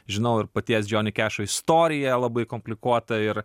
žinau ir paties džoni kešo istoriją labai komplikuota ir